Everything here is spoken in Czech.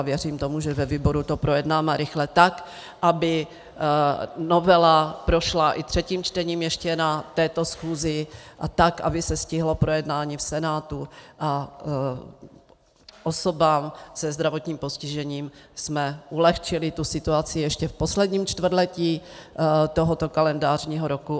Věřím tomu, že ve výboru to projednáme rychle, tak aby novela prošla i třetím čtením ještě na této schůzi a tak aby se stihlo projednání v Senátu, abychom osobám se zdravotním postižením ulehčili situaci ještě v posledním čtvrtletí tohoto kalendářního roku.